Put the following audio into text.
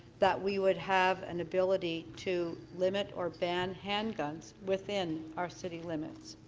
that we would have an ability to limit or ban handguns within our city limits.